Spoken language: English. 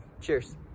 Cheers